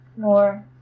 more